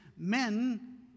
men